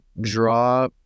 draw